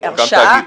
גם תאגיד.